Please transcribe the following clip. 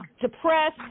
depressed